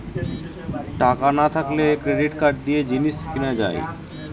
টাকা না থাকলে ক্রেডিট কার্ড দিয়ে জিনিস কিনা যায়